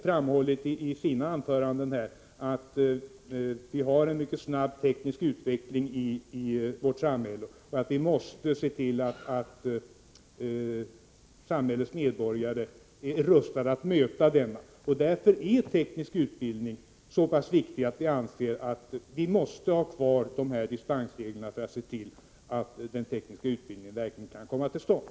Från moderat sida har vi ansett — och det har också Ingvar Johnsson framhållit i sina inlägg här — att vi måste se till att samhällets medborgare är rustade att möta denna snabba tekniska utveckling. Därför är teknisk utbildning så viktig att vi måste ha kvar dispensreglerna för att se till att teknisk utbildning verkligen kan komma till stånd.